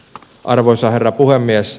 arvoisa herra puhemies